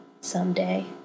someday